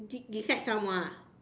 dis~ dislike someone ah